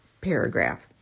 paragraph